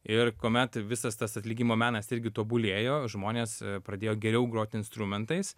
ir kuomet visas tas atlikimo menas irgi tobulėjo žmonės pradėjo geriau grot instrumentais